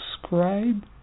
subscribe